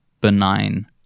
benign